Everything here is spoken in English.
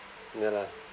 ya lah